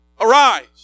arise